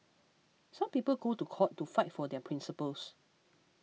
some people go to court to fight for their principles